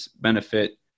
benefit